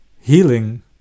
Healing